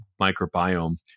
microbiome